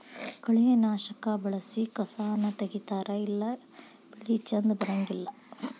ಕಳೆನಾಶಕಾ ಬಳಸಿ ಕಸಾನ ತಗಿತಾರ ಇಲ್ಲಾ ಬೆಳಿ ಚಂದ ಬರಂಗಿಲ್ಲಾ